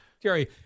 Jerry